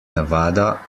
nevada